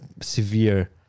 severe